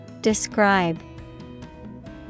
Describe